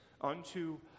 unto